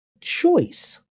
choice